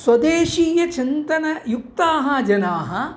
स्वदेशीयचिन्तनयुक्ताः जनाः